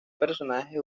personaje